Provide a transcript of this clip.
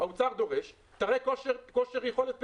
האוצר דורש שתראה כושר יכולת פירעון.